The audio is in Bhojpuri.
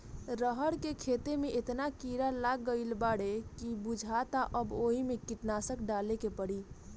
रहर के खेते में एतना कीड़ा लाग गईल बाडे की बुझाता अब ओइमे कीटनाशक डाले के पड़ी